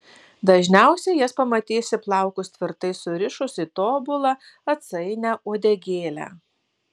dažniausiai jas pamatysi plaukus tvirtai surišus į tobulą atsainią uodegėlę